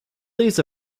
leaves